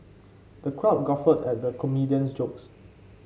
the crowd guffawed at the comedian's jokes